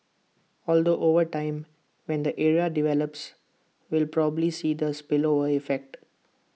although over time when the area develops we will probably see the spillover effect